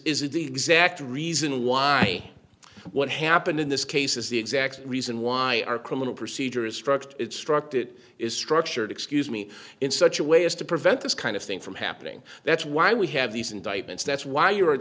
this is the exact reason why what happened in this case is the exact reason why our criminal procedure is struct struct it is structured excuse me in such a way as to prevent this kind of thing from happening that's why we have these indictments that's why you are